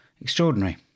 Extraordinary